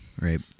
Right